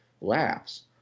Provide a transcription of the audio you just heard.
laughs